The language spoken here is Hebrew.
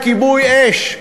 לכיבוי אש,